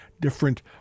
different